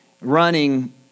running